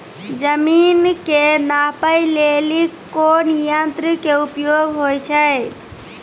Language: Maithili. जमीन के नापै लेली कोन यंत्र के उपयोग होय छै?